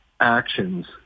actions